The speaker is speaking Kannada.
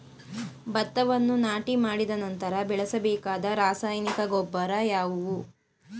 ಭತ್ತವನ್ನು ನಾಟಿ ಮಾಡಿದ ನಂತರ ಬಳಸಬೇಕಾದ ರಾಸಾಯನಿಕ ಗೊಬ್ಬರ ಯಾವುದು?